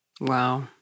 Wow